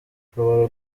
ushobora